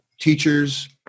teachers